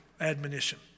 admonition